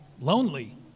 lonely